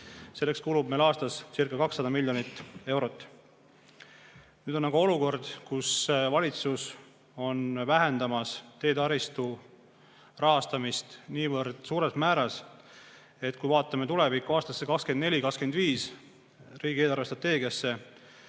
oleme, kulub aastasca200 miljonit eurot. Nüüd on olukord, kus valitsus on vähendamas teetaristu rahastamist niivõrd suures määras, et kui vaatame tulevikku, aastatesse 2024 ja 2025, riigi eelarvestrateegiasse,